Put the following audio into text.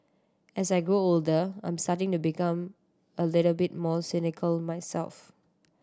as I grow older I'm starting to become a little bit more cynical myself